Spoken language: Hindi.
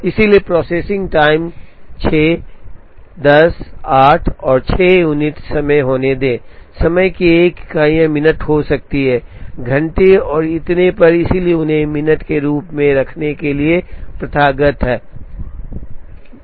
इसलिए प्रोसेसिंग टाइम 6 10 8 और 6 यूनिट समय होने दें समय की ये इकाइयां मिनट हो सकती हैं घंटे और इतने पर इसलिए उन्हें मिनट के रूप में रखने के लिए प्रथागत है